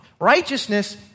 Righteousness